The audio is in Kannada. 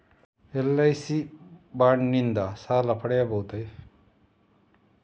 ಎಲ್.ಐ.ಸಿ ಬಾಂಡ್ ನಿಂದ ಸಾಲ ಪಡೆಯಬಹುದೇ?